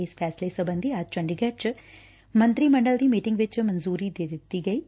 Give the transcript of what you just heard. ਇਸ ਫੈਸਲੇ ਸਬੰਧੀ ਅੱਜ ਚੰਡੀਗਤੁ ਚ ਮੰਤਰੀ ਮੰਡਲ ਦੀ ਮੀਟਿੰਗ ਵਿਚ ਮਨਜੂਰੀ ਦੇ ਦਿੱਤੀ ਐ